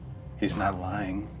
he's not lying.